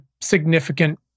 significant